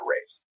race